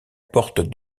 porte